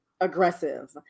aggressive